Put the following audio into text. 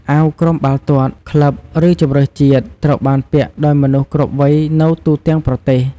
អាវក្រុមបាល់ទាត់ ក្លឹប ឬជម្រើសជាតិ ត្រូវបានពាក់ដោយមនុស្សគ្រប់វ័យនៅទូទាំងប្រទេស។